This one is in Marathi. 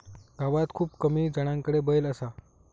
गावात खूप कमी जणांकडे बैल असा